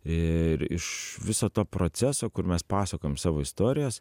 ir iš viso to proceso kur mes pasakojam savo istorijas